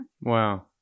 Wow